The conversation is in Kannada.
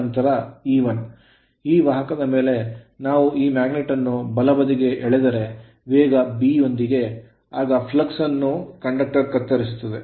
ನಂತರ E1 ಈ ವಾಹಕದ ಮೇಲೆ ನಾವು ಈ magnetನ್ನು ಬಲಬದಿಗೆ ಎಳೆದರೆ ವೇಗ B ಯೊಂದಿಗೆ ಆಗ ಫ್ಲಕ್ಸ್ ಅನ್ನು ಕಂಡಕ್ಟರ್ ಕತ್ತರಿಸುತ್ತದೆ